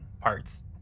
parts